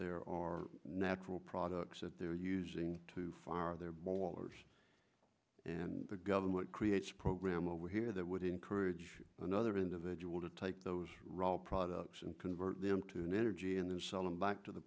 there are natural products that they're using to fire their bowlers and the government creates a program over here that would encourage another individual to take those products and convert them to an energy and then sell them back to the